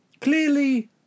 clearly